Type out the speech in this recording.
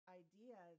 idea